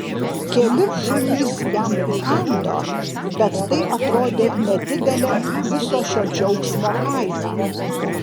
keli šunys jam įkando bet tai atrodė nedidelė viso šio džiaugsmo kaina